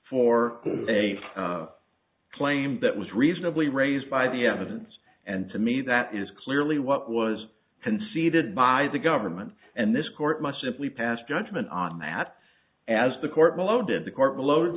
for a claim that was reasonably raised by the evidence and to me that is clearly what was conceded by the government and this court must simply pass judgment on that as the court below did the court below